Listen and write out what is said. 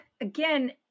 Again